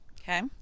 Okay